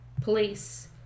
police